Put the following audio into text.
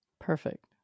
Perfect